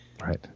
Right